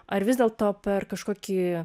ar vis dėlto per kažkokį